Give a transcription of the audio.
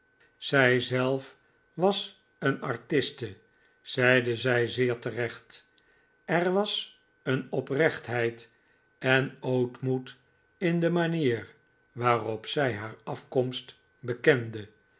zij zelf was een artiste zeide zij zeer terecht er was een oprechtheid en ootmoed in t de manier waarop zij haar af komst bekende